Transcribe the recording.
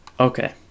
Okay